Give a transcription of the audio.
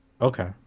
okay